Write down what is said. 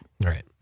Right